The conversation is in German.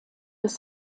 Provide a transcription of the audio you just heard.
des